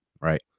right